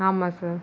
ஆமாம் சார்